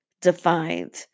defined